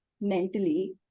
mentally